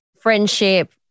friendship